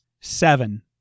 Seven